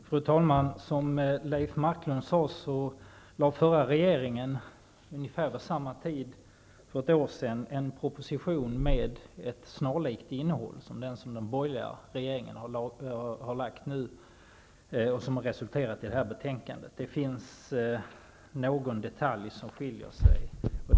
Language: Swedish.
Fru talman! Som Leif Marklund sade lade den förra regeringen vid ungefär samma tid för ett år sedan fram en proposition med ett innehåll som var snarlikt den borgerliga regeringens proposition, vilken nu har resulterat i det här betänkandet. I någon detalj skiljer det sig.